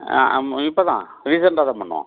ஆ ஆமாம் இப்போ தான் ரீசெண்ட்டாக தான் பண்ணிணோம்